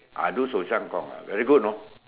I do shou-shang-gong ah very good you know